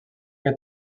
que